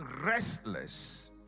restless